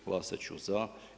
Glasat ću za.